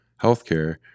healthcare